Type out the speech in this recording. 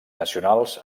nacionals